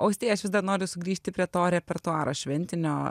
austėja aš vis dar nori sugrįžti prie to repertuaro šventinio